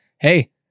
hey